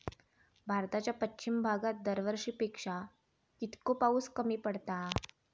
भारताच्या पश्चिम भागात दरवर्षी पेक्षा कीतको पाऊस कमी पडता?